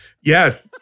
Yes